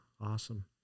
Awesome